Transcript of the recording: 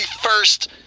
first